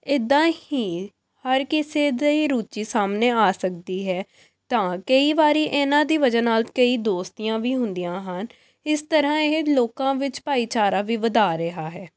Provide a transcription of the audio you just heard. ਇੱਦਾਂ ਹੀ ਹਰ ਕਿਸੇ ਦੀ ਰੁਚੀ ਸਾਹਮਣੇ ਆ ਸਕਦੀ ਹੈ ਤਾਂ ਕਈ ਵਾਰ ਇਹਨਾਂ ਦੀ ਵਜ੍ਹਾ ਨਾਲ ਕਈ ਦੋਸਤੀਆਂ ਵੀ ਹੁੰਦੀਆਂ ਹਨ ਇਸ ਤਰ੍ਹਾਂ ਇਹ ਲੋਕਾਂ ਵਿੱਚ ਭਾਈਚਾਰਾ ਵੀ ਵਧਾ ਰਿਹਾ ਹੈ